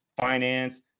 finance